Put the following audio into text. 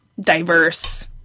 diverse